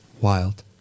Wild